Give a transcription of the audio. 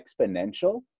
exponential